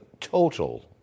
total